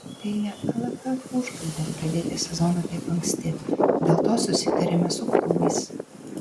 tai ne lff užgaida pradėti sezoną taip anksti dėl to susitarėme su klubais